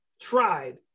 tried